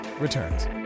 returns